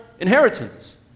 inheritance